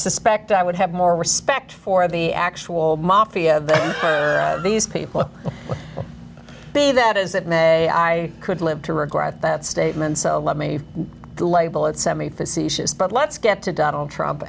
suspect i would have more respect for the actual mafia of these people be that as it may i could live to regret that statement so let me label it seventy facetious but let's get to donald trump